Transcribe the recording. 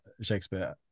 Shakespeare